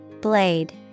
Blade